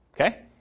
Okay